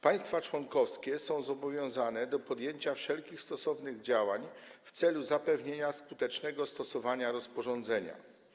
Państwa członkowskie są zobowiązane do podjęcia wszelkich stosownych działań w celu zapewnienia skutecznego stosowania rozporządzenia.